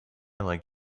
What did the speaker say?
like